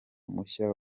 mushya